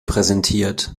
präsentiert